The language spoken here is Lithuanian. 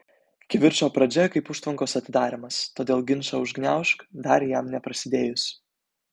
kivirčo pradžia kaip užtvankos atidarymas todėl ginčą užgniaužk dar jam neprasidėjus